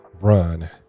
run